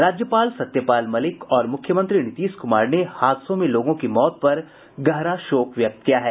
राज्यपाल सत्यपाल मलिक और मुख्यमंत्री नीतीश कुमार ने हादसों में लोगों की मौत पर गहरा शोक व्यक्त किया है